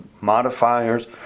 modifiers